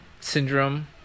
syndrome